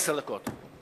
עשר דקות.